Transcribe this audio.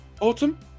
Autumn